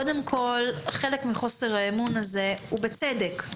קודם כל, חלק מחוסר האמון הזה הוא בצדק.